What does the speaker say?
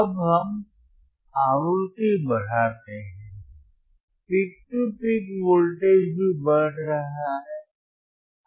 अब हम आवृत्ति बढ़ाते हैं पीक तू पीक वोल्टेज भी बढ़ रहा है